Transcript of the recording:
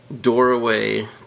Doorway